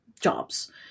jobs